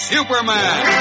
Superman